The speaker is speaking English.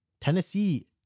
Tennessee